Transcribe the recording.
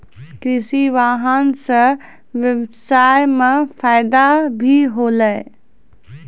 कृषि वाहन सें ब्यबसाय म फायदा भी होलै